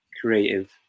creative